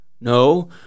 No